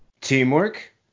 teamwork